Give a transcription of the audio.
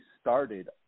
started